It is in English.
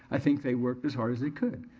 i think they worked as hard as they could.